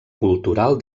cultural